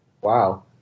Wow